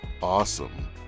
awesome